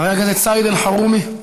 חבר הכנסת סעיד אלחרומי,